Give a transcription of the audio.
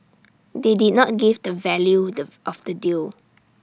they did not give the value dove of the deal